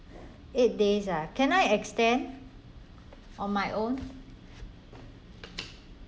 eight days ah can I extend on my own